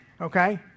okay